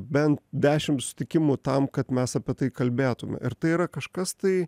bent dešim susitikimų tam kad mes apie tai kalbėtume ir tai yra kažkas tai